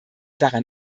daran